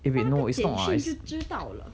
发个简讯就知道了